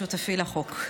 שותפי לחוק,